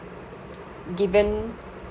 given